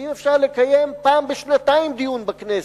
ואם אפשר לקיים פעם בשנתיים דיון בכנסת,